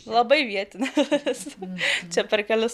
labai vietinis čia per kelis